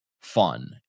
fun